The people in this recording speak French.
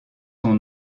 sont